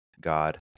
God